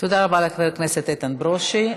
תודה רבה לחבר הכנסת איתן ברושי.